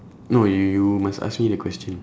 no you you must ask me a question